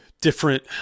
different